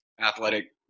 athletic